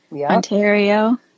Ontario